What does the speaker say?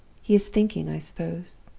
he is thinking, i suppose?